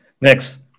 Next